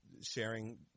sharing